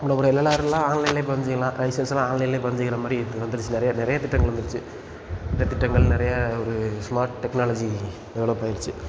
முன்னே உள்ள எல்எல்ஆர்யெல்லாம் ஆன்லைனிலே பதிஞ்சுக்கலாம் லைசென்ஸ்செல்லாம் ஆன்லைனிலே பதிஞ்சுக்கிற மாதிரி இது வந்துருச்சு நிறைய நிறைய திட்டங்கள் வந்துருச்சு இந்த திட்டங்கள் நிறைய ஒரு ஸ்மார்ட் டெக்னாலஜி டெவெலப் ஆகிருச்சி